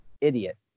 idiot